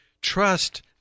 Trust